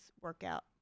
workout